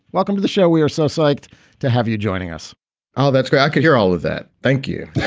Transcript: welcome to the show. we are so psyched to have you joining us oh, that's great. i can hear all of that. thank you.